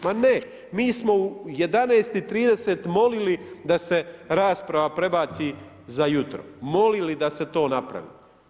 Ma ne, mi smo u 11,30 molili da se rasprava prebaciti za jutro, molili da se to napravi.